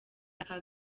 aka